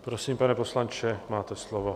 Prosím, pane poslanče, máte slovo.